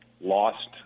lost